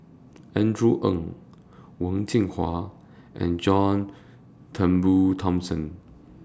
Andrew Ang Wen Jinhua and John Turnbull Thomson